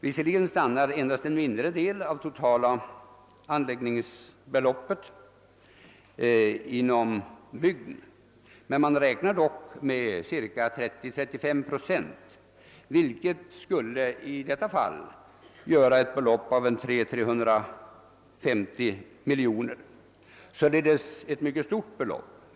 Visserligen stannar endast en mindre del av det totala anläggningsbeloppet inom bygden, men man räknar med cirka 30—35 procent, vilket i detta fall skulle göra 300—350 miljoner kronor — således ett mycket stort belopp.